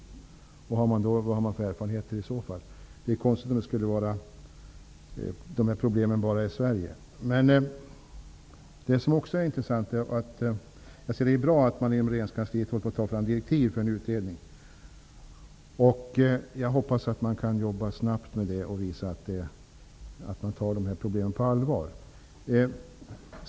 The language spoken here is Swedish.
Vad har man då för erfarenheter? Det är konstigt om problemen bara skulle uppstå i Det är bra att man inom regeringskansliet nu håller på att ta fram direktiv för en utredning. Jag hoppas att man arbetar snabbt och visar att man tar problemen på allvar.